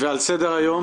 ועל סדר-היום?